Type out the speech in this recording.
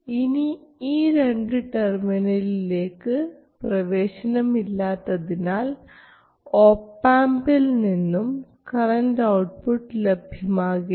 ഇനി ഈ രണ്ട് ടെർമിനലിലേക്ക് പ്രവേശനം ഇല്ലാത്തതിനാൽ ഒപാംപിൽ നിന്നും കറണ്ട് ഔട്ട്പുട്ട് ലഭ്യമാകില്ല